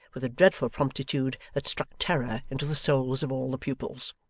with a dreadful promptitude that struck terror into the souls of all the pupils.